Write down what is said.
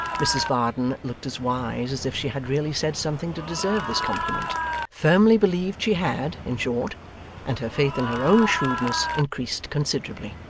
mrs varden looked as wise as if she had really said something to deserve this compliment firmly believed she had, in short and her faith in her own shrewdness increased considerably.